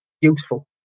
useful